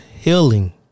healing